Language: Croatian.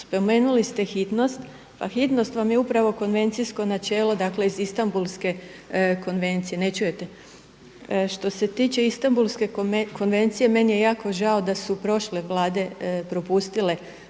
Spomenuli ste hitnost, pa hitnost vam je upravo konvencijsko načelo iz Istambulske konvencije. Što se tiče Istambulske konvencije meni je jako žao sa su prošle vlade propustile